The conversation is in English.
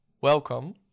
welcome